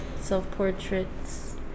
self-portraits